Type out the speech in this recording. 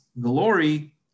glory